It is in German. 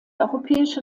europäische